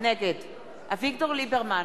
נגד אביגדור ליברמן,